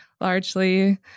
largely